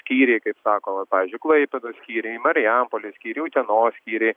skyriai kaip sakoma pavyzdžiui klaipėdos skyriai marijampolės skyriai utenos skyriai